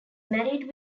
married